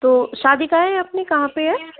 तो शादी कहाँ है अपनी कहाँ पे है